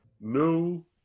new